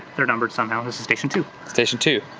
they're numbered somehow. this is station two. station two.